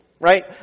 Right